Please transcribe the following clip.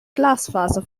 glasfaser